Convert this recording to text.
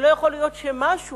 ולא יכול להיות שמשהו